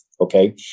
okay